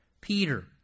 peter